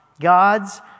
God's